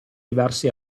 diversi